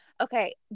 Okay